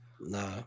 No